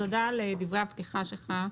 תודה על דברי הפתיחה שלך.